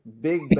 Big